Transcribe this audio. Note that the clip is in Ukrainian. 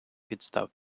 підстав